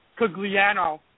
Cugliano